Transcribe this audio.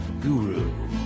guru